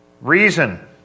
reason